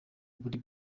muri